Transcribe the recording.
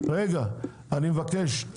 אני מבקש,